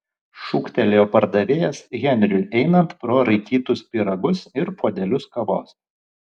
šūktelėjo pardavėjas henriui einant pro raikytus pyragus ir puodelius kavos